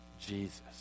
Jesus